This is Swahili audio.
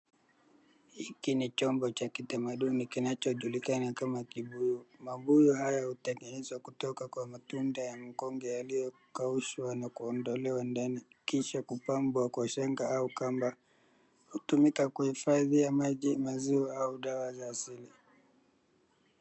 Hiki ni chombo cha kitamaduni kinachojulikana kama kibuyu. Mabuyu haya hutengenezwa kutoka kwa matunda ya mkonge yaliyokaushwa na kuondolewa ndani, kisha kupambwa kwa shanga au kamba. Hutumika kuhifadhia maji, maziwa au dawa za asili..